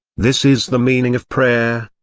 this is the meaning of prayer.